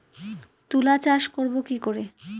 তুলা চাষ করব কি করে?